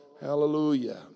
Hallelujah